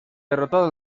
derrotada